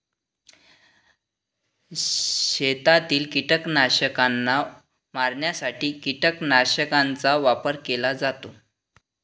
शेतातील कीटकांना मारण्यासाठी कीटकनाशकांचा वापर केला जातो